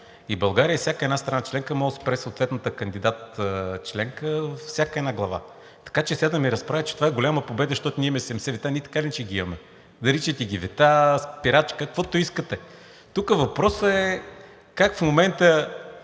и България, и всяка една страна членка може да спре съответната кандидат-членка във всяка една глава. Така че сега да ми разправя, че това е голяма победа, защото ние имаме 70 вета – ние така или иначе ги имаме. Наричайте ги вета, спирачка, каквото искате. Тук въпросът е как в момента